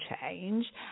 change